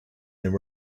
there